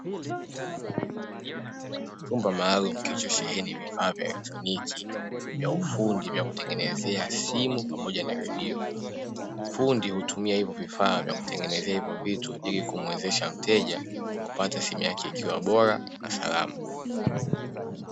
Chumba maalumu kilichosheheni vifaa vya elektroniki vya ufundi vya kutengenezea simu pamoja na redio; fundi hutumia hivyo vifaa vya kutengenezea hivyo vitu ili kumwezesha mteja kupata simu yake ikiwa bora na salama.